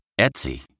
Etsy